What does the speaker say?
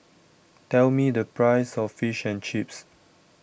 tell me the price of Fish and Chips